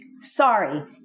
sorry